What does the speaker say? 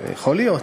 יכול להיות.